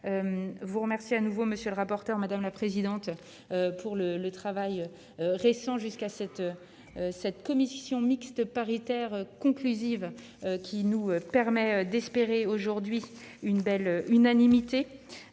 vous remercie à nouveau monsieur le rapporteur, madame la présidente pour le le travail récent jusqu'à 7, cette commission mixte paritaire conclusive qui nous permet d'espérer aujourd'hui une belle unanimité